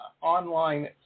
online